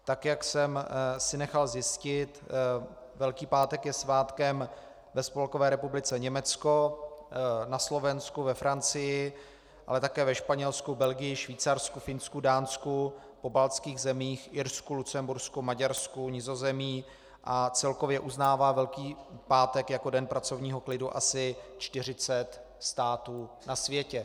Tak jak jsem si nechal zjistit, Velký pátek je svátkem ve Spolkové republice Německo, na Slovensku, ve Francii, ale také ve Španělsku, Belgii, Švýcarsku, Finsku, Dánsku, pobaltských zemích, Irsku, Lucembursku, Maďarsku, Nizozemí a celkově uznává Velký pátek jako den pracovního klidu asi 40 států na světě.